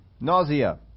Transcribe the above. nausea